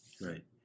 Right